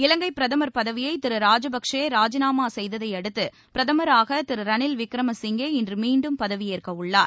இலங்கை பிரதமர் பதவியை திரு ராஜபக்சே ராஜினாமா செய்ததை அடுத்து பிரதமராக திரு ரணில் விக்ரம சிங்கே இன்று மீண்டும் பதவி ஏற்க உள்ளார்